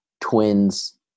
twins